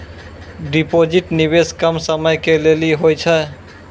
Deposit निवेश कम समय के लेली होय छै?